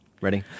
Ready